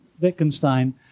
Wittgenstein